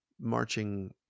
marching